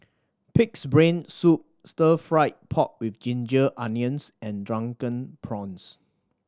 Pig's Brain Soup Stir Fry pork with ginger onions and Drunken Prawns